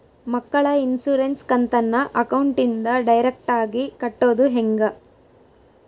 ಮಕ್ಕಳ ಇನ್ಸುರೆನ್ಸ್ ಕಂತನ್ನ ಅಕೌಂಟಿಂದ ಡೈರೆಕ್ಟಾಗಿ ಕಟ್ಟೋದು ಹೆಂಗ?